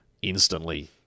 instantly